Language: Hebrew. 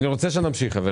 חברים, אני רוצה שנמשיך.